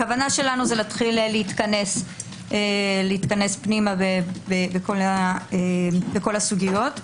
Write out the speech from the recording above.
הכוונה שלנו היא להתחיל להתכנס פנימה בכל הסוגיות.